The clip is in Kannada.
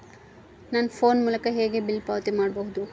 ನನ್ನ ಫೋನ್ ಮೂಲಕ ಹೇಗೆ ಬಿಲ್ ಪಾವತಿ ಮಾಡಬಹುದು?